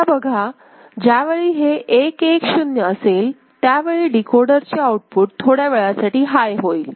आता बघा ज्यावेळी हे 110 असेल त्या यावेळी डिकोडरचे आउटपुट थोड्यावेळासाठी हाय होईल